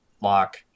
lock